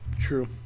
True